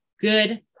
good